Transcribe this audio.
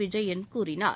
விஜயன் கூறினார்